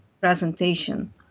presentation